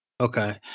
Okay